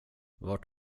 vart